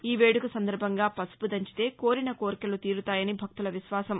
ఈ వేడుక సందర్భంగా పసుపు దంచితే కోరిన కోర్కెలు తీరుతాయని భక్తుల విశ్వాసం